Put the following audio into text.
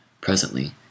Presently